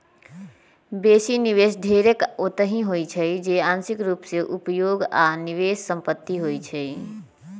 बेशी निवेश ढेरेक ओतहि होइ छइ जे आंशिक रूप से उपभोग आऽ निवेश संपत्ति होइ छइ